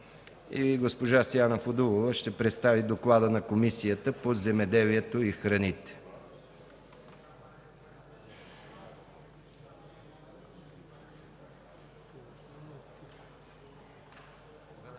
Госпожа Сияна Фудулова ще представи доклада на Комисията по земеделието и храните.